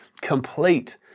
complete